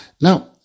Now